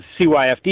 CYFD